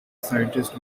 scientist